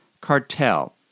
Cartel